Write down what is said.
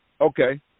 Okay